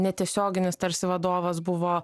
netiesioginis tarsi vadovas buvo